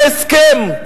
יהיה הסכם.